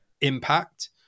impact